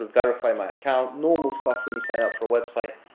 ah verify my account normal stuff when you sign up for a website.